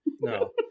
No